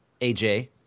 AJ